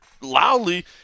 loudly